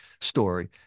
story